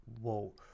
whoa